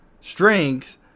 strength